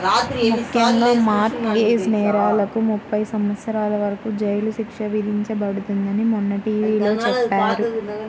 ముఖ్యంగా mortgage నేరాలకు ముప్పై సంవత్సరాల వరకు జైలు శిక్ష విధించబడుతుందని మొన్న టీ.వీ లో చెప్పారు